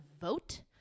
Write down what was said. vote